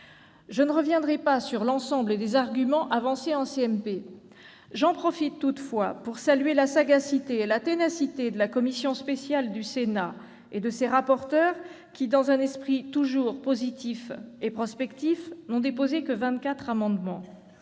Je ne reviendrai pas sur l'ensemble des arguments avancés en CMP. Je profite toutefois de l'occasion pour saluer la sagacité et la ténacité de la commission spéciale du Sénat et de ses rapporteurs qui, dans un esprit toujours positif et prospectif, n'ont déposé que vingt-quatre amendements.